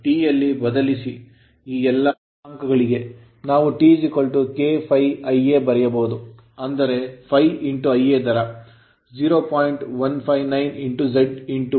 T ಯಲ್ಲಿ ಬದಲಿಸಿ ಈ ಎಲ್ಲಾ ಸ್ಥಿರಾಂಕಗಳಿಗೆ ನಾವು T K∅Ia ಬರೆಯಬಹುದು ಅಂದರೆ ∅ Ia ದರ 0